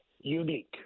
Unique